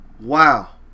Wow